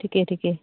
ঠিকে ঠিকে